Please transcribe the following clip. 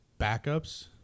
backups